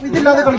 another